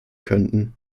könnten